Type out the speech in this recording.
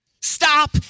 Stop